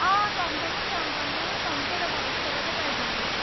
অ টমটমত যাম টমটমত কমকৈ ল'ব দহ টকাতে পাই যামগৈ